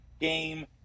game